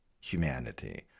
humanity